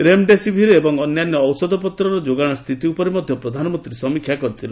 remdesivir ଏବଂ ଅନ୍ୟାନ୍ୟ ଔଷଧପତ୍ରର ଯୋଗାଣ ସ୍ଥିତି ଉପରେ ମଧ୍ୟ ପ୍ରଧାନମନ୍ତ୍ରୀ ସମୀକ୍ଷା କରିଥିଲେ